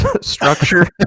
structure